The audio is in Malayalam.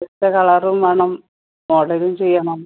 ഒറ്റ കളറും വേണം മോഡലും ചെയ്യണം